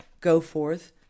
Goforth